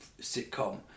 sitcom